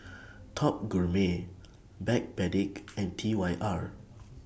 Top Gourmet Backpedic and T Y R